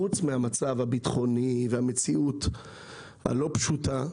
חוץ מהמצב הביטחוני והמציאות הלא פשוטה,